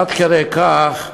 עד כדי כך המצב,